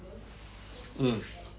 mm